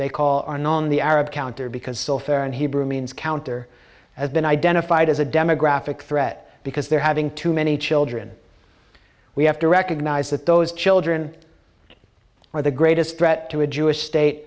they call are non the arab counter because so fair and hebrew means counter as been identified as a demographic threat because they're having too many children we have to recognize that those children are the greatest threat to a jewish state